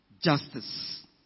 Justice